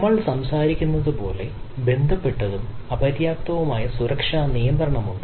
നമ്മൾ സംസാരിക്കുന്നത് പോലെ ബന്ധപ്പെട്ടതും അപര്യാപ്തവുമായ സുരക്ഷാ നിയന്ത്രണം ഉണ്ട്